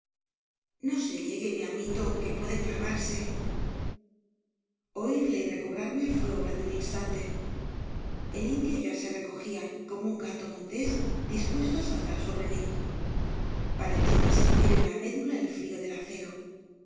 no se llegue mi amito que puede clavarse oirle y recobrarme fué obra de un instante el indio ya se recogía como un gato montes dispuesto á saltar sobre mí parecióme sentir en la medula el frío del acero